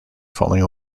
falling